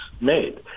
made